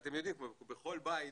אתם יודעים, בכל בית